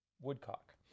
Woodcock